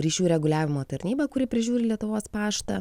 ryšių reguliavimo tarnyba kuri prižiūri lietuvos paštą